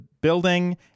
building